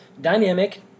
dynamic